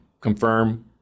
confirm